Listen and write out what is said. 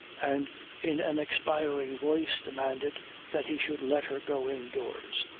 and in an expiring voice demanded that he should let her go indoors.